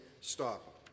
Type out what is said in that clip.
stop